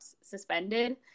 suspended